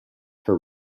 her